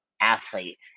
athlete